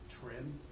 trim